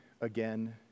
again